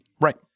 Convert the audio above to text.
Right